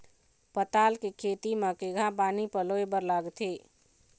पताल के खेती म केघा पानी पलोए बर लागथे?